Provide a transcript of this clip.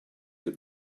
your